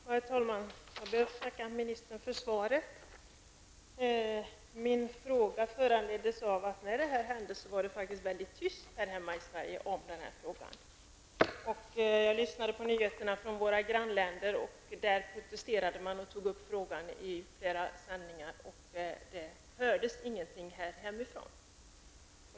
Herr talman! Jag ber att få tacka utrikesministern för svaret. Min fråga föranleddes av att det var väldigt tyst här hemma i Sverige när kärnvapenprovet utfördes. Jag lyssnade på nyhetssändningarna från våra grannländer, och där protesterade man och tog upp frågan i flera sändningar. Här hemma hördes ingenting.